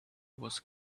was